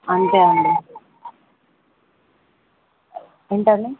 అంతే అండి ఏంటండి